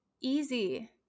easy